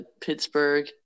Pittsburgh